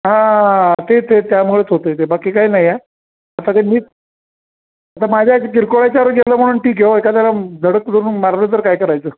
हा ते ते त्यामुळेच होतं आहे ते बाकी काही नाही आहे आता ते मी आता माझ्या आ किरकोळाच्यावरून गेलं म्हणून ठीक आहे एखाद्याला धडक करून मारलं जर काय करायचं